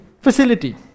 facility